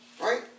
right